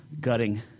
gutting